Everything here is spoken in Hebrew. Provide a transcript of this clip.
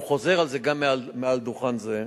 והוא חוזר על זה גם מעל דוכן זה,